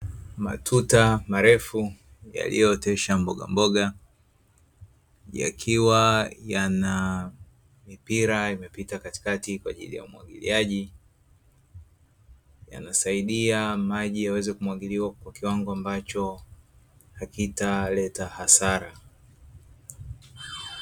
Matuta marefu yaliyootesha mbogamboga yakiwa yanamipira imepita katikati kwa ajili ya umwagiliaji yanasaidia maji yaweze kumwagiliwa kwa kiwango ambacho hakitaleta hasara.